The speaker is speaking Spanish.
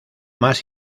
más